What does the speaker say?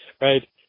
right